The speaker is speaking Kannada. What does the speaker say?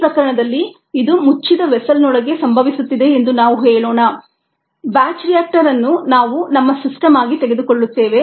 ಈ ಪ್ರಕರಣದಲ್ಲಿ ಇದು ಮುಚ್ಚಿದ ವೆಸ್ಸೆಲ್ ನೊಳಗೆ ಸಂಭವಿಸುತ್ತಿದೆ ಎಂದು ನಾವು ಹೇಳೋಣ ಬ್ಯಾಚ್ ರಿಯಾಕ್ಟರ್ ಅನ್ನು ನಾವು ನಮ್ಮ ಸಿಸ್ಟಮ್ ಆಗಿ ತೆಗೆದುಕೊಳ್ಳುತ್ತೇವೆ